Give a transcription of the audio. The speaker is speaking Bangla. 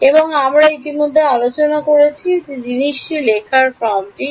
এবং আমরা ইতিমধ্যে আলোচনা করেছি যে এই জিনিসটি লেখার ফর্মটি কী